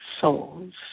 souls